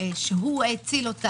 שהוא האציל אותה